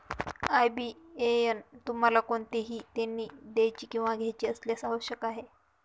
IBAN तुम्हाला कोणतेही देणी द्यायची किंवा घ्यायची असल्यास आवश्यक आहे